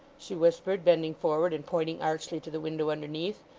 she whispered, bending forward and pointing archly to the window underneath.